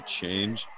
change